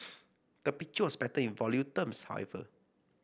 the picture was better in volume terms however